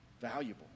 valuable